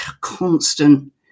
constant